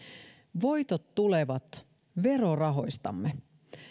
voitot tulevat verorahoistamme